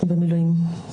הוא במילואים.